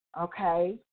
okay